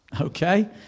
Okay